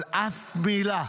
אבל אף מילה,